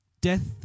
death